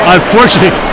Unfortunately